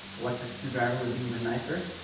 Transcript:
electric screwdriver would be even nicer.